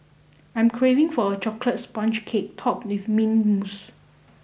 I am craving for a chocolate sponge cake topped with mint mousse